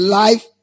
life